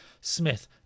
Smith